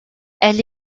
elle